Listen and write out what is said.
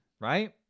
Right